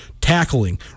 tackling